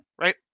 right